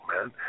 man